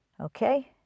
Okay